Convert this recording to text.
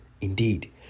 Indeed